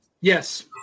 Yes